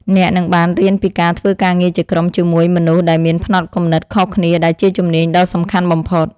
អ្នកនឹងបានរៀនពីការធ្វើការងារជាក្រុមជាមួយមនុស្សដែលមានផ្នត់គំនិតខុសគ្នាដែលជាជំនាញដ៏សំខាន់បំផុត។